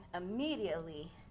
immediately